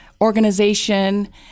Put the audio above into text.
organization